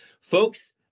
Folks